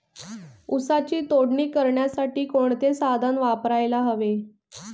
ऊसाची तोडणी करण्यासाठी कोणते साधन वापरायला हवे?